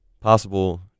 possible